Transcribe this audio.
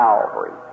Calvary